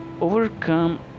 overcome